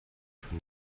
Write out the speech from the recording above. von